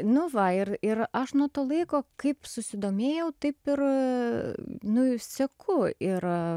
nu va ir ir aš nuo to laiko kaip susidomėjau taip ir nu ir seku ir